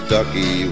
Ducky